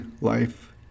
life